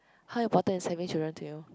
how important is having children to you